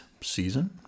season